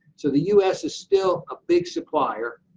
so the u s. is still a big supplier,